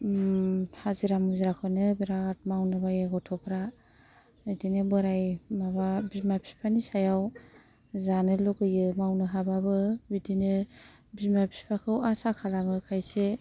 हाजिरा मुजिराखौनो बिराद मावनो बायो गथ'फ्रा बिदिनो बोराय माबा बिमा बिफानि सायाव जानो लुगैयो मावनो हाबाबो बिदिनो बिमा बिफाखौ आसा खालामो खायसे